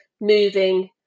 moving